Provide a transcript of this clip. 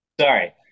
Sorry